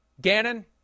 Gannon